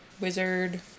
wizard